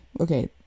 okay